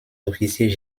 officiers